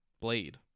blade